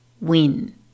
win